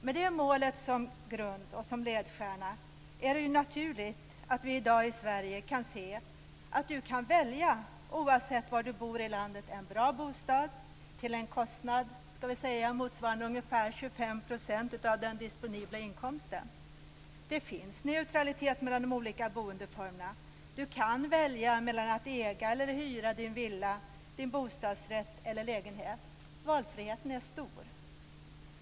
Med detta mål som grund och som ledstjärna är det ju naturligt att vi i dag i Sverige kan se att man kan välja, oavsett var man bor i landet, en bra bostad till en kostnad skall vi säga motsvarande ungefär Det finns neutralitet mellan de olika boendeformerna. Du kan välja mellan att äga eller hyra din villa, din bostadsrätt eller lägenhet. Valfriheten är stor.